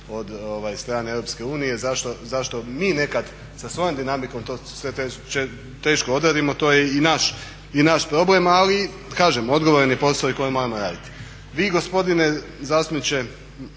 od strane Europske unije. Zašto mi nekad sa svojom dinamikom to teško odradimo to je i naš problem, ali kažem, odgovoran je posao i koji moramo raditi. Vi gospodine zastupniče